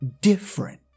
different